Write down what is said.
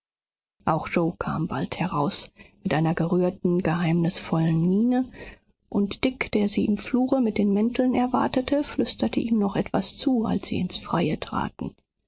auch yoe kam bald heraus mit einer gerührten geheimnisvollen miene und dick der sie im flure mit den mänteln erwartete flüsterte ihm noch etwas zu als sie ins freie traten